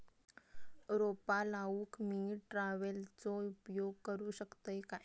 रोपा लाऊक मी ट्रावेलचो उपयोग करू शकतय काय?